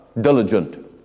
diligent